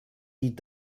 die